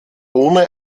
ohne